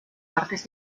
partes